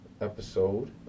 episode